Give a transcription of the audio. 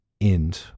end